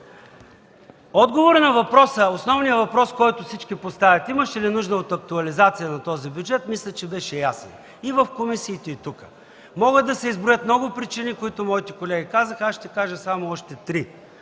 Отговорът на основния въпрос, който всички поставяха – има ли нужда от актуализация на бюджета, мисля, че беше ясен – и в комисиите, и тук. Могат да се изброят много причини, които моите колеги казаха. Аз ще кажа само още три,